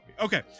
Okay